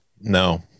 No